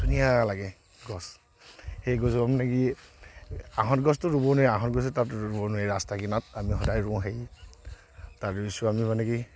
ধুনীয়া লাগে গছ সেই গছজোপা মানে কি আঁহত গছটো ৰুব নোৱাৰি আঁহত গছ তাত ৰুব নোৱাৰি ৰাস্তাৰ কিনাৰত আমি সদায় ৰুও হেৰি তাত ৰুইছোঁ আমি মানে কি